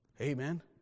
Amen